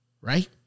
right